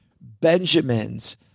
Benjamins